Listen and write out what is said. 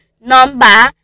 number